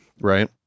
Right